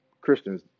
Christians